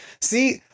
see